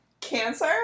Cancer